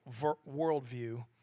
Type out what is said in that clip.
worldview